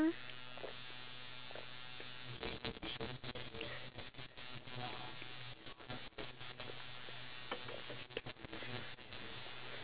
cause you you're dealing with an ageing population and it's not easy because you need to cater to them and majority of them can't pay the hospital bills so